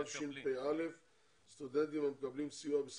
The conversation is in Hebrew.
עם פתיחת שנה הלימודים תשפ"א סטודנטים המקבלים סיוע